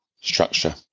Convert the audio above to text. structure